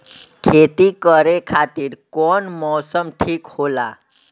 खेती करे खातिर कौन मौसम ठीक होला?